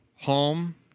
home